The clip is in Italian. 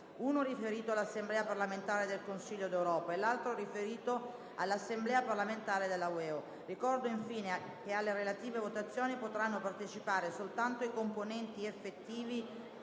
uno riferito all'Assemblea parlamentare del Consiglio d'Europa e 1'altro riferito all'Assemblea parlamentare della UEO. Ricordo infine che alle relative votazioni potranno partecipare soltanto i componenti effettivi